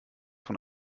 von